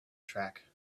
track